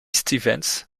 stevens